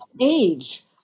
age